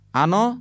ano